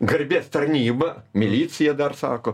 garbės tarnyba milicija dar sako